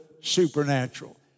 supernatural